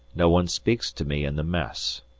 no one speaks to me in the mess.